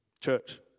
Church